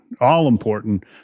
all-important